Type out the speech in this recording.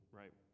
right